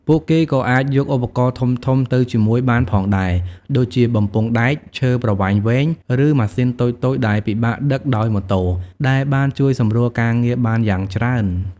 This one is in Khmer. ពួកគេក៏អាចយកឧបករណ៍ធំៗទៅជាមួយបានផងដែរ ដូចជាបំពង់ដែក ឈើប្រវែងវែង ឬម៉ាស៊ីនតូចៗដែលពិបាកដឹកដោយម៉ូតូ ដែលបានជួយសម្រួលការងារបានយ៉ាងច្រើន។